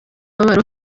kababaro